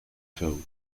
faou